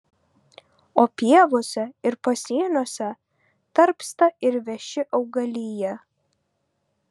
o pievose ir pasieniuose tarpsta ir veši augalija